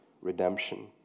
redemption